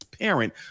Parent